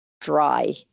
dry